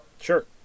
sure